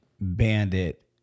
bandit